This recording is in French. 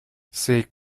c’est